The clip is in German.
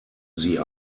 sie